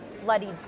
bloodied